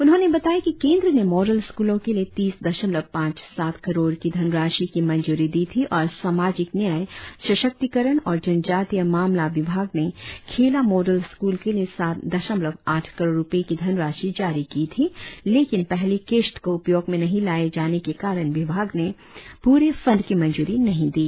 उन्होंने बताया कि केंद्र ने मॉडल स्कूलों के लिए तीस दशमलव पांच सात करोड़ की धनराशि की मंजूरी दी थी और सामाजिक न्याय सशक्तिकरण और जनजातीय मामला विभाग ने खेला मॉडल स्कूल के लिए सात दशमलव आठ करोड़ रुपये की धनराशि जारी की थी लेकिन पहली किश्त को उपयोग में नही लाए जाने के कारण विभाग ने प्ररे फंड की मंजूरी नही दी